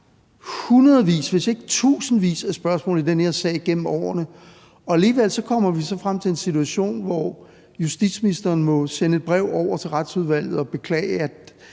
i hundredvis, hvis ikke tusindvis af spørgsmål i den her sag igennem årene, men alligevel kommer vi frem til en situation, hvor justitsministeren må sende et brev over til Retsudvalget og beklage og